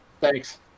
Thanks